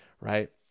right